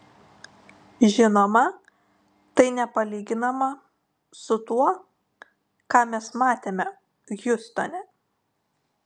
žinoma tai nepalyginama su tuo ką mes matėme hjustone